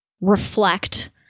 reflect